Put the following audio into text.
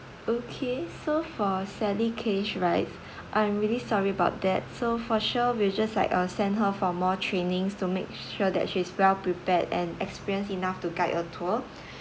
okay so for sally case right I'm really sorry about that so for sure we will just like uh send her for more trainings to make sure that she is well prepared and experienced enough to guide a tour